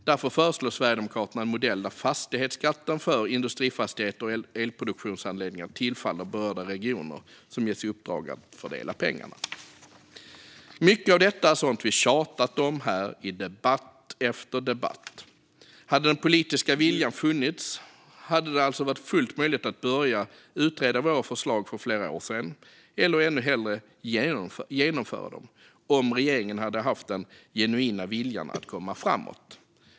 Därför föreslår Sverigedemokraterna en modell där fastighetsskatten för industrifastigheter och elproduktionsanläggningar tillfaller berörda regioner som ges i uppdrag att fördela pengarna. Mycket av detta är sådant som vi har tjatat om här i debatt efter debatt. Om den politiska viljan hade funnits och om regeringen hade haft den genuina viljan att komma framåt hade det alltså varit fullt möjligt att börja utreda våra förslag för flera år sedan eller ännu hellre genomföra dem.